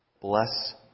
Bless